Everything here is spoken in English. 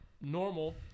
Normal